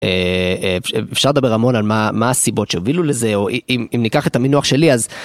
אפשר לדבר המון על מה הסיבות שהובילו לזה, אם ניקח את המינוח שלי אז...